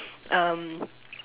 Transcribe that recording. um